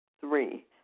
Three